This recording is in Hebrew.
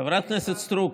חברת הכנסת סטרוק,